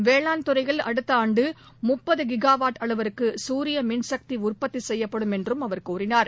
வேளாண் துறையில் அடுத்தஆண்டுமுப்பது ஜிகாவாட் அளவிற்குசூரியமின்சக்திஉற்பத்திசெய்யப்படும் என்றுஅவர் கூறினார்